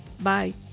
Bye